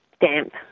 damp